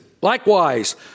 Likewise